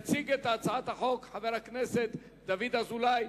יציג את הצעת החוק חבר הכנסת דוד אזולאי,